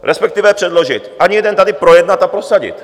Respektive předložit ani jeden tady projednat a prosadit.